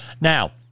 Now